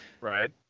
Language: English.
right